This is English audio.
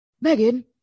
Megan